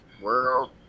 world